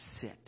sit